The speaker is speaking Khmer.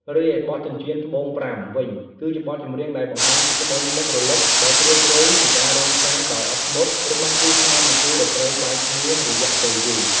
រីឯបទ ចិញ្ចៀនត្បូងប្រាំ វិញ គឺជាបទចម្រៀងដែលបង្ហាញពីក្តីនឹករលឹកដ៏ជ្រាលជ្រៅ និងការរង់ចាំដោយអត់ធ្មត់របស់គូស្នេហ៍មួយគូដែលត្រូវបែកគ្នារយៈពេលយូរ។